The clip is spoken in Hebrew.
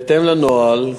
בהתאם לנוהל,